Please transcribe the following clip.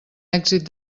èxit